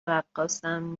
رقاصم